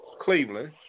Cleveland